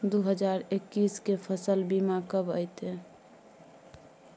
दु हजार एक्कीस के फसल बीमा कब अयतै?